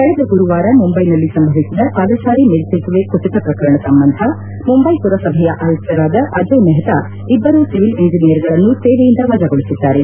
ಕಳೆದ ಗುರುವಾರ ಮುಂಬೈನಲ್ಲಿ ಸಂಭವಿಸಿದ ಪಾದಚಾರಿ ಮೇಲ್ಲೆತುವೆ ಕುಸಿತ ಪ್ರಕರಣ ಸಂಬಂಧ ಮುಂಬೈ ಪುರಸಭೆಯ ಆಯುಕ್ತರಾದ ಅಜಯ್ ಮೆಹ್ತಾ ಇಬ್ಬರು ಸಿವಿಲ್ ಎಂಜಿನಿಯರ್ಗಳನ್ನು ಸೇವೆಯಿಂದ ವಜಾಗೊಳಿಸಿದ್ದಾರೆ